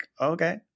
Okay